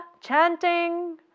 chanting